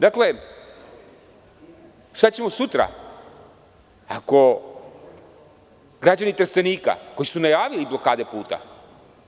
Dakle, šta ćemo sutra ako građani Trstenika koji su najavili blokade puta